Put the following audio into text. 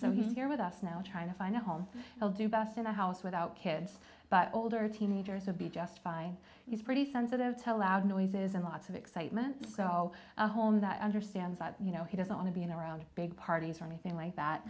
so he's here with us now trying to find a home i'll do best in a house without kids but older teenagers would be justify is pretty sensitive tell loud noises and lots of excitement so a home that understands that you know he doesn't want to be in a round of big parties or anything like that